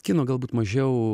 kino galbūt mažiau